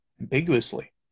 ambiguously